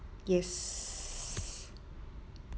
yes